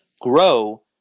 grow